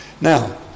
Now